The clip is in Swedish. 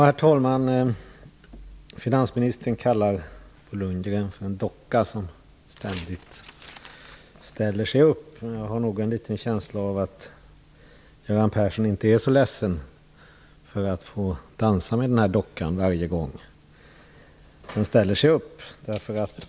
Herr talman! Finansministern kallar Bo Lundgren för en docka som ständigt ställer sig upp. Jag har en liten känsla av att Göran Persson inte är så ledsen för att få dansa med den här dockan varje gång den ställer sig upp.